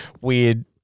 weird